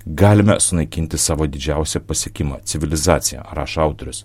galime sunaikinti savo didžiausią pasiekimą civilizaciją rašo autorius